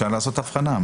אפשר לעשות הבחנה.